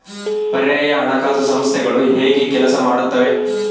ಪರ್ಯಾಯ ಹಣಕಾಸು ಸಂಸ್ಥೆಗಳು ಹೇಗೆ ಕೆಲಸ ಮಾಡುತ್ತವೆ?